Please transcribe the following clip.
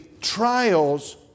trials